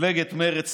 מפלגת מרצ